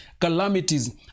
calamities